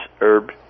herb